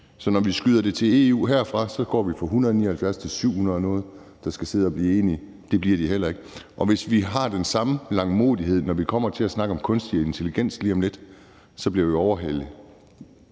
Så når vi skyder det til EU herfra, går vi fra 179 til 705 medlemmer, der skal sidde og blive enige. Det bliver de heller ikke. Og hvis vi har den samme langmodighed, når vi kommer til at snakke om kunstig intelligens lige om lidt, bliver vi overhalet,